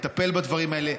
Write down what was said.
לטפל בדברים האלה,